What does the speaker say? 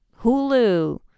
Hulu